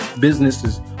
businesses